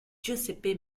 giuseppe